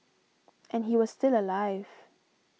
and he was still alive